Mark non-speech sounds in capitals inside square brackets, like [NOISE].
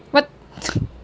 what [LAUGHS]